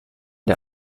der